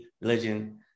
religion